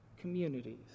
communities